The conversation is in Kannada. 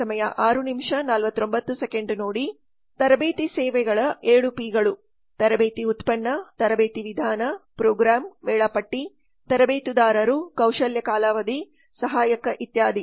ತರಬೇತಿ ಸೇವೆಗಳ 7ಪಿ ಗಳು ತರಬೇತಿ ಉತ್ಪನ್ನ ತರಬೇತಿ ವಿಧಾನ ಪ್ರೋಗ್ರಾಂ ವೇಳಾಪಟ್ಟಿ ತರಬೇತುದಾರರು ಕೌಶಲ್ಯ ಕಾಲಾವಧಿ ಸಹಾಯಕ ಇತ್ಯಾದಿ